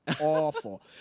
Awful